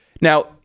Now